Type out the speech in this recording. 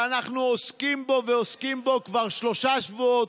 שאנחנו עוסקים בו ועוסקים בו כבר שלושה שבועות,